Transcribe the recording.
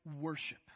worship